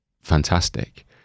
fantastic